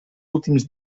últims